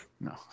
No